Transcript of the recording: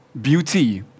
beauty